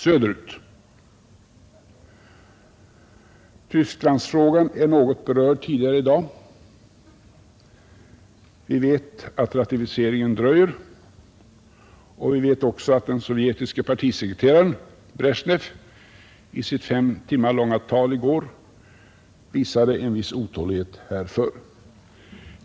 Söderut: Tysklandsfrågan är något berörd tidigare i dag. Vi vet att ratificeringen dröjer och vi vet också att den sovjetiske partisekreteraren Brezjnev i sitt fem timmar långa tal i går visade en viss otålighet härför.